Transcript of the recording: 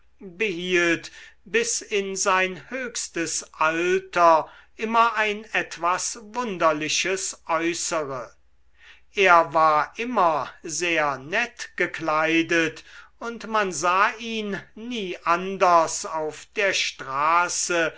behielt bis in sein höchstes alter immer ein etwas wunderliches äußere er war immer sehr nett gekleidet und man sah ihn nie anders auf der straße